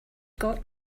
got